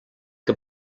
que